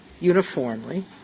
uniformly